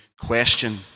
question